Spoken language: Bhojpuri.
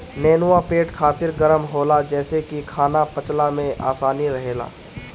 नेनुआ पेट खातिर गरम होला जेसे की खाना पचला में आसानी रहेला